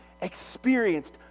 experienced